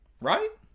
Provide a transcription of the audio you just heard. right